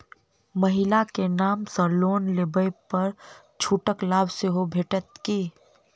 महिला केँ नाम सँ लोन लेबऽ पर छुटक लाभ सेहो भेटत की?